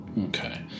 okay